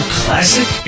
classic